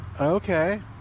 Okay